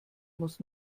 muss